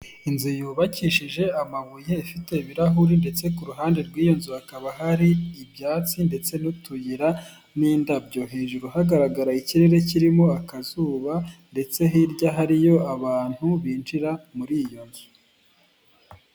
Inzu yubakishije amabuye ifite ibirahuri, ndetse ku ruhande rw'iyo nzu hakaba hari ibyatsi ndetse n'utuyira n'indabyo, hejuru hagaragara ikirere kirimo akazuba ndetse hirya hariyo abantu binjira muri iyo nzu.